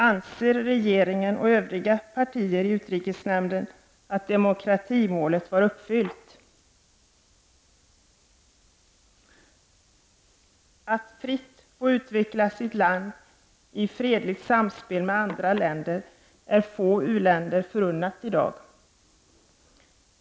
Anser regeringen och övriga partier i utrikesnämnden att demokratimålet var uppfyllt? Att fritt få utveckla sitt land i fredligt samspel med andra länder är få uländer förunnat i dag.